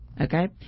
Okay